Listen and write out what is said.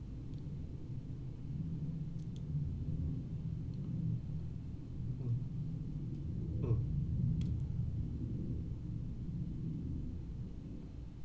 mm